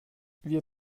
wir